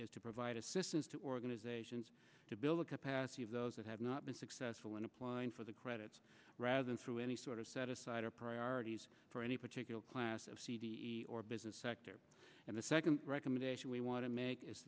is to provide assistance to organizations to build the capacity of those that have not been successful in applying for the credits rather than through any sort of set aside or priorities for any particular class of c d e or business sector and the second recommendation we want to make is